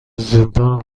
زندان